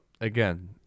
again